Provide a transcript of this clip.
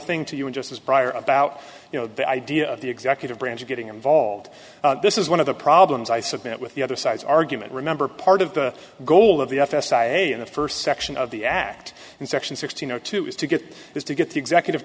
thing to you in just this prior about you know the idea of the executive branch getting involved this is one of the problems i submit with the other side's argument remember part of the goal of the f s a in the first section of the act in section sixty no two is to get is to get the executive